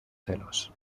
celos